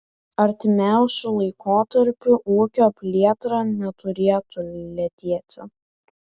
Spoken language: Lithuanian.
artimiausiu laikotarpiu ūkio plėtra neturėtų lėtėti